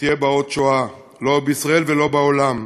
תהיה בה עוד שואה, לא בה ולא בעולם.